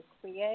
create